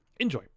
Enjoy